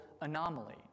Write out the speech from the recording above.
anomaly